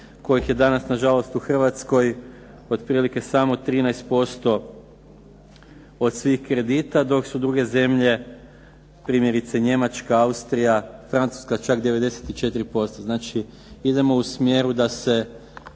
kojih je danas nažalost u Hrvatskoj otprilike samo 13% od svih kredita, dok su druge zemlje, primjerice Njemačka, Austrija, Francuska čak 94%. Znači idemo u smjeru da se